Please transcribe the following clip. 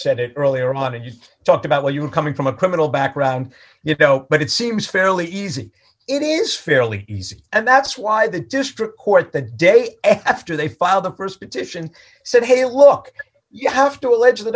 said it earlier on and you talked about where you are coming from a criminal background you know but it seems fairly easy it is fairly easy and that's why the district court the day after they filed the st petition said hey look you have to allege the